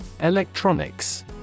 electronics